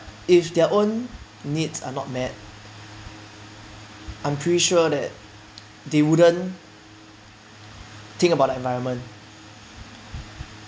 if their own needs are not met I'm pretty sure that they wouldn't think about the environment